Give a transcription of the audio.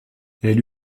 elle